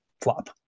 flop